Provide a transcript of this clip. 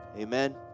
Amen